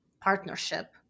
partnership